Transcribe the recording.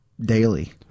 daily